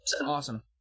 Awesome